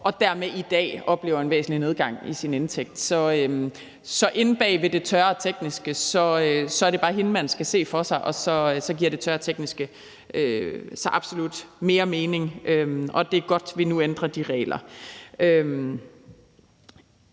og dermed i dag oplever en væsentlig nedgang i sin indtægt. Så inde bag ved det tørre og tekniske er det bare hende, man skal se for sig, og så giver det tørre og tekniske så absolut mere mening, og det er godt, at vi nu ændrer de regler.